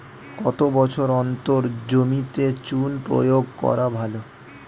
কত বছর অন্তর জমিতে চুন প্রয়োগ করা ভালো?